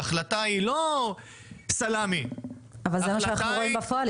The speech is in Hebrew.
וההחלטה היא לא סלמי -- אבל זה מה שאנחנו רואים בפועל,